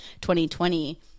2020